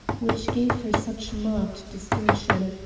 which gave her such marked distinction,